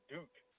Duke